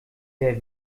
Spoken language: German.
der